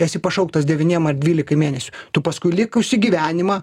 esi pašauktas devyniem ar dvylikai mėnesių tu paskui likusį gyvenimą